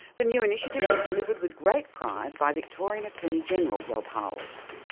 the new initiative was delivered with great pride by victorian attorney-general rob hulls.